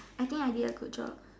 I think I did a job